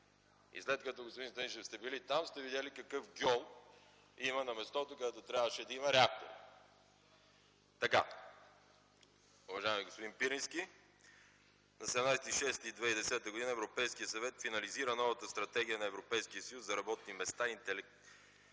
И след като, господин Станишев, сте били там, сте видели какъв гьол има на мястото, където трябваше да има реактор. Уважаеми господин Пирински, на 17.06.2010 г. Европейският съвет финализира новата стратегия на Европейския съюз за работни места, интелигентен,